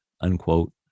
unquote